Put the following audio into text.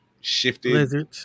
shifted